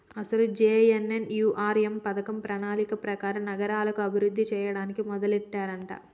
అసలు జె.ఎన్.ఎన్.యు.ఆర్.ఎం పథకం ప్రణాళిక ప్రకారం నగరాలను అభివృద్ధి చేయడానికి మొదలెట్టారంట